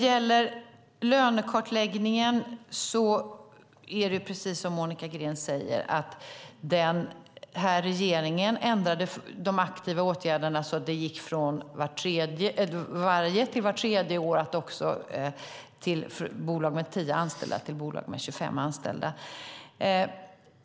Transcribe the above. Precis som Monica Green säger ändrade den här regeringen de aktiva åtgärderna med lönekartläggning från varje år till vart tredje år och från bolag med 10 anställda till bolag med 25 anställda.